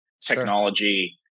technology